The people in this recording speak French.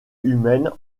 humaine